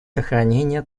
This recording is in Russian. сохранения